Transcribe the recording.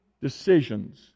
decisions